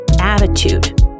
attitude